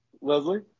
Leslie